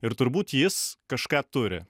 ir turbūt jis kažką turi